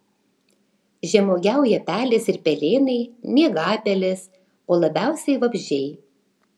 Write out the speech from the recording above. žemuogiauja pelės ir pelėnai miegapelės o labiausiai vabzdžiai